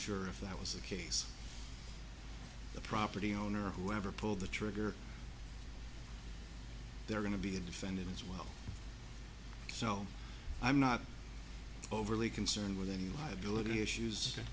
sure if that was the case the property owner or whoever pulled the trigger they're going to be a defendant as well so i'm not overly concerned with and liability issues